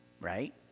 Right